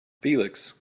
felix